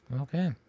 Okay